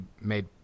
made